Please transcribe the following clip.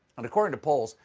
and according to polls,